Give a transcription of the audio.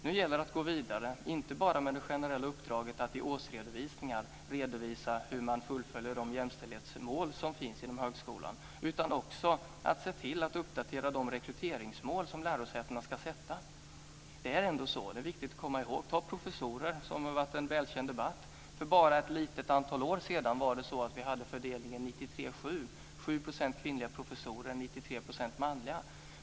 Nu gäller det att gå vidare, inte bara med det generella uppdraget att i årsredovisningar redovisa hur man fullföljer de jämställdhetsmål som finns inom högskolan utan också att se till att uppdatera de rekryteringsmål som lärosätena ska sätta. Det har varit en välkänd debatt om professorerna. För bara ett litet antal år sedan hade vi en fördelning med 7 % kvinnliga professorer och 93 % manliga.